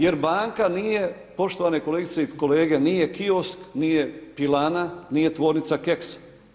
Jer banka nije poštovane kolegice i kolege nije kiosk, nije pilana, nije tvornica keksa.